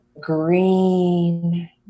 green